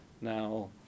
now